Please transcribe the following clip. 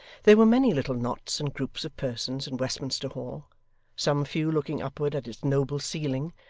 there were many little knots and groups of persons in westminster hall some few looking upward at its noble ceiling,